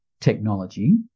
technology